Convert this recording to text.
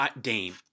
Dame